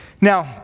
Now